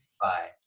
Bye